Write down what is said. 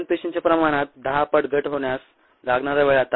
जिवंत पेशींच्या प्रमाणात 10 पट घट होण्यास लागणारा वेळ